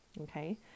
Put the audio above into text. Okay